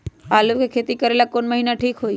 आलू के खेती करेला कौन महीना ठीक होई?